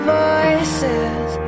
voices